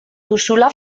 duzula